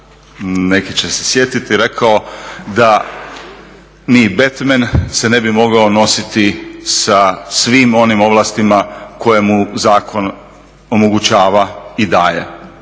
neki će se sjetiti, rekao da ni Batman se ne bi mogao nositi sa svim onim ovlastima koje mu zakon omogućava i daje,